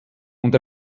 und